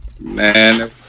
Man